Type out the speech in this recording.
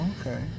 Okay